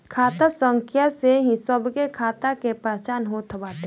खाता संख्या से ही सबके खाता के पहचान होत बाटे